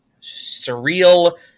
surreal